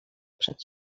przed